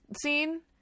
scene